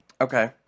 Okay